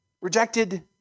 rejected